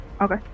Okay